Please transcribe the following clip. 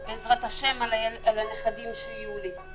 ובעזרת-השם, על הנכדים שיהיו לי.